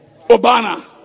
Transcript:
Obana